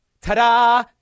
Ta-da